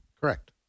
Correct